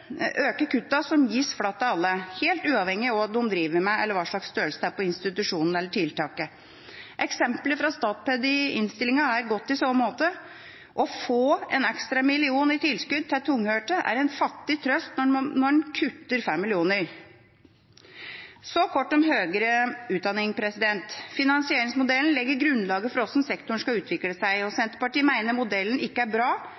alle, helt uavhengig av hva de driver med, eller hva slags størrelse det er på institusjonen eller tiltaket. Eksempelet fra Statped i innstillinga er godt i så måte. Å «få» en ekstra million i tilskudd til tunghørte er en fattig trøst når man kutter 5 mill. kr. Så kort om høyere utdanning. Finansieringsmodellen legger grunnlaget for hvordan sektoren skal utvikle seg. Senterpartiet mener modellen ikke er bra